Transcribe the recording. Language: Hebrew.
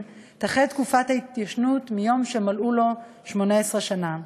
תחל תקופת ההתיישנות מיום שמלאו לו 18 שנה.